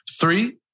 Three